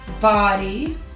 body